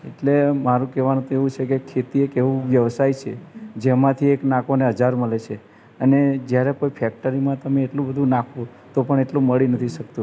એટલે મારું કહેવાનું તો એવું છે કે ખેતી એક એવું વ્યવસાય છે કે જેમાંથી એક નાખો ને હજાર મળે છે અને જ્યારે કોઈ ફેક્ટરીમાં તમે એટલું બધું નાખો તો પણ એટલું મળી નથી શકતું